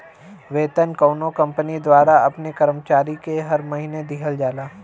वेतन कउनो कंपनी द्वारा अपने कर्मचारी के हर महीना दिहल जाला